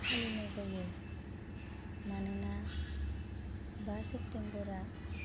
फालिनाय जायो मानोना बा सेप्टेम्बरा